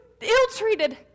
ill-treated